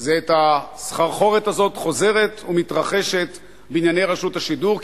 זה את הסחרחורת הזאת חוזרת ומתרחשת בענייני רשות השידור,